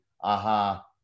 aha